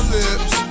lips